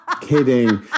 Kidding